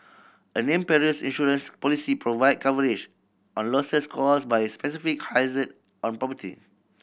a named perils insurance policy provide coverage on losses caused by specific hazard on property